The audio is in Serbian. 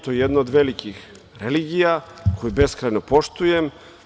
To je jedna od velikih religija koju beskrajno poštujem.